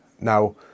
Now